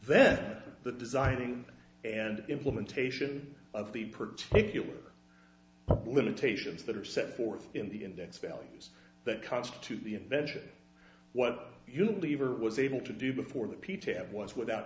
then the design and implementation of the particular limitations that are set forth in the index values that constitute the invention what you lever was able to do before the p t at once without